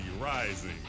rising